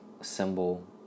symbol